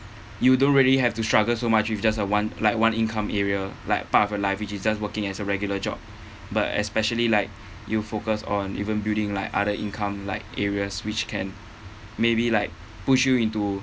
you don't really have to struggle so much with just a one like one income area like part of your life which is just working as a regular job but especially like you focus on even building like other income like areas which can maybe like push you into